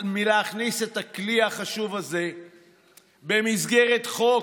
מלהכניס את הכלי החשוב הזה במסגרת חוק,